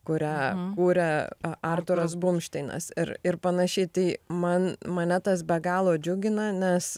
kurią kūrė a artūras bumšteinas ir ir panašiai tai man mane tas be galo džiugina nes